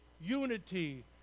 unity